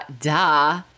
Duh